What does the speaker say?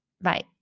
Bye